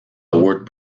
word